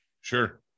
Sure